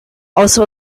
außer